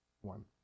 one